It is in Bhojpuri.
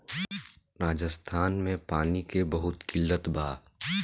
राजस्थान में पानी के बहुत किल्लत बा